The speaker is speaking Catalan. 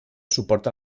suporta